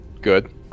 good